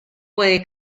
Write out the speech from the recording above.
puede